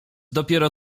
dopiero